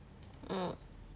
mm